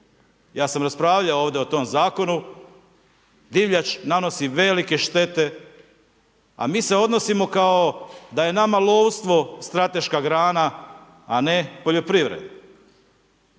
Ja sam raspravljao ovdje o tome zakonu, divljač nanosi velike štete, a mi se odnosimo kao da je nama lovstvo strateška grana, a ne poljoprivreda.